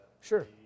Sure